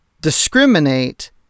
discriminate